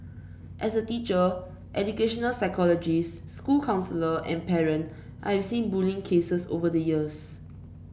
as a teacher educational psychology's school counsellor and parent I have seen bullying cases over the years